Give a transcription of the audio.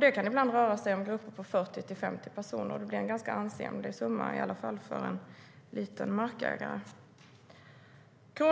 Det kan ibland röra sig om grupper på 40-50 personer. Det blir en ganska ansenlig summa, i alla fall för en liten markägare. När